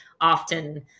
often